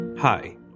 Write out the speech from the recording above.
Hi